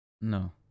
No